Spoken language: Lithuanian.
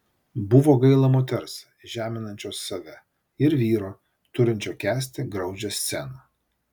buvo gaila moters žeminančios save ir vyro turinčio kęsti graudžią sceną